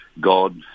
God